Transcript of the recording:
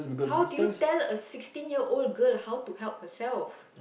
how do you tell a sixteen year old girl how to help herself